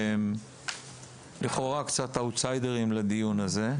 שהם לכאורה קצת אאוטסיידרים לדיון הזה,